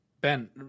Ben